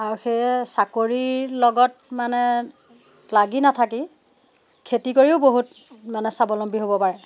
আৰু সেয়ে চাকৰিৰ লগত মানে লাগি নাথাকি খেতি কৰিও বহুত মানে স্বাৱলম্বী হ'ব পাৰে